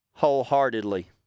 wholeheartedly